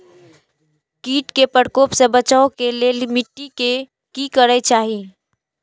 किट के प्रकोप से बचाव के लेल मिटी के कि करे के चाही?